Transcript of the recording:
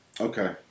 Okay